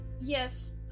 yes